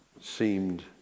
seemed